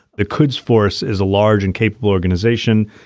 the quds force is a large and capable organization.